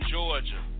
Georgia